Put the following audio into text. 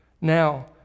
Now